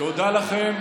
תודה לכם,